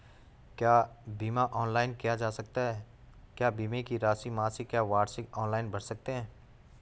क्या बीमा ऑनलाइन किया जा सकता है क्या बीमे की राशि मासिक या वार्षिक ऑनलाइन भर सकते हैं?